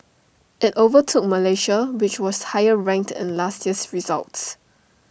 IT overtook Malaysia which was higher ranked in last year's results